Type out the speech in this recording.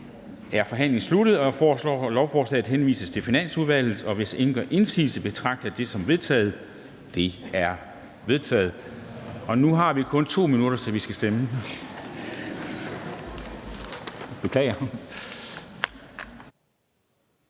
er forhandlingen sluttet. Jeg foreslår, at lovforslaget henvises til Finansudvalget. Hvis ingen gør indsigelse, betragter jeg det som vedtaget. Det er vedtaget. Og nu har vi kun 2 minutter, til vi skal stemme.